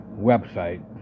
website